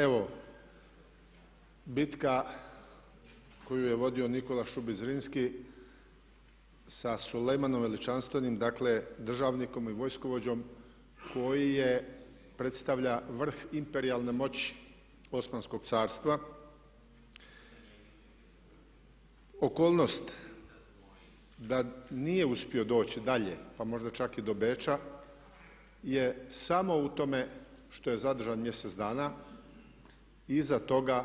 Evo bitka koju je vodio Nikola Šubić Zrinski sa Sulejmanom Veličanstvenim, dakle državnikom i vojskovođom koji predstavlja vrh imperijalne moći Osmanskog carstva, okolnost da nije uspio doći dalje, pa možda čak i do Beča, je samo u tome što je zadržan mjesec dana, iza toga